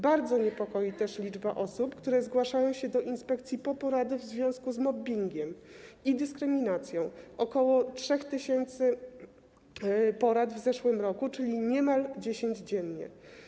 Bardzo niepokoi też liczba osób, które zgłaszają się do inspekcji po porady w związku z mobbingiem i dyskryminacją: ok. 3 tys. porad w zeszłym roku, czyli niemal 10 dziennie.